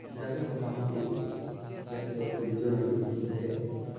ᱤᱱᱠᱟ ᱜᱮ ᱢᱳᱴᱟ ᱢᱩᱴᱤ ᱜᱮᱥ ᱫᱚ ᱟᱹᱰᱤ ᱡᱳᱨ ᱡᱩᱞᱩᱜ ᱛᱤᱧ ᱛᱮ